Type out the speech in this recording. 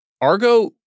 Argo